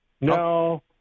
No